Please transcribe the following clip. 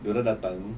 dia orang datang